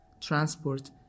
transport